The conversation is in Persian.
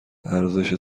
ارزش